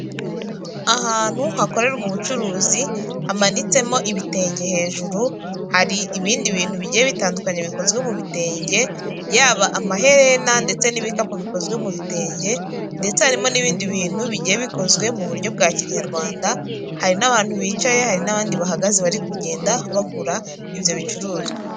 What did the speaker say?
Ahantu hakorerwa ubucuruzi, hamanitsemo ibitenge, hejuru hari ibindi bintu bigiye bitandukanye bikozwe mu bitenge, yaba amaherena ndetse n'ibikapu bikozwe mu bitenge, ndetse harimo n'ibindi bintu bigiye bikozwe mu buryo bwa kinyarwanda, hari n'abantu bicaye, hari n'abandi bahagaze, bari kugenda bagura ibyo bicuruzwa.